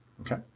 Okay